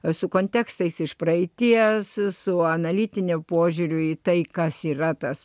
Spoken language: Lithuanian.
esu kontekstais iš praeities su analitiniu požiūriu į tai kas yra tas